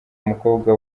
umukobwa